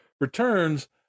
returns